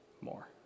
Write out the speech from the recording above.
more